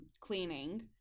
cleaning